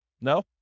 No